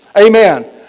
Amen